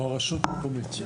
או הרשות המקומית.